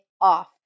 off